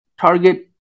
target